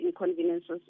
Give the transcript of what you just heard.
inconveniences